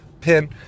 pin